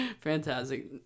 fantastic